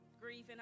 grieving